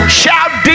shout